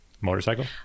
motorcycle